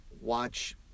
watch